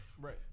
Right